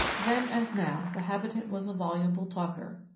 then as now the habitant was a voluble talker,